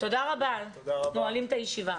אנחנו נועלים את הישיבה.